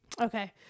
okay